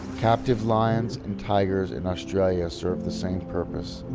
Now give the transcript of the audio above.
captive lions and tigers and australia serve the same purpose,